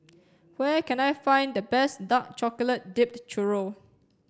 where can I find the best Dark Chocolate Dipped Churro